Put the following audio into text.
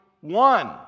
one